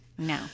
No